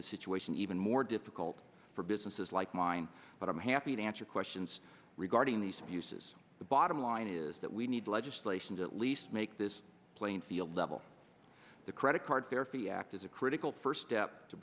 the situation even more difficult for businesses like mine but i'm happy to answer questions regarding these abuses the bottom line is that we need legislation to at least make this playing field level the credit card fair fee act is a critical first step to